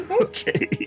okay